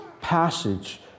passage